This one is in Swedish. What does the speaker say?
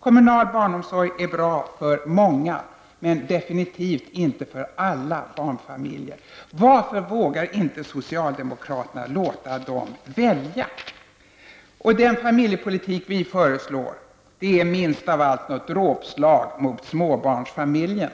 Kommunal barnomsorg är bra för många men definitivt inte för alla barnfamiljer. Varför vågar inte socialdemokraterna låta dem välja? Den familjepolitik vi föreslår är minst av allt något dråpslag mot småbarnsfamiljerna.